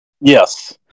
Yes